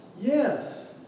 Yes